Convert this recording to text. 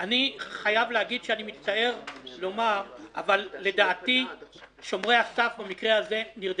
אני חייב להגיד שאני מצטער לומר אבל לדעתי שומרי הסף במקרה הזה נרדמו.